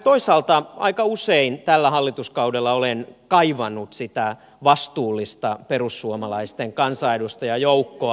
toisaalta aika usein tällä hallituskaudella olen kaivannut sitä vastuullista perussuomalaisten kansanedustajajoukkoa